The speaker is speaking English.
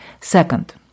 Second